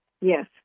Yes